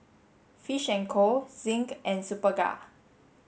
Fish and Co Zinc and Superga